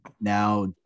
Now